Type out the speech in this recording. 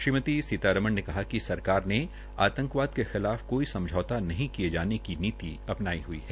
श्री सीतामरण ने कहा कि सरकार ने आंतकवाद के खिलाफ कोई समझौता नहीं किये जाने की नीति अपनाई हई है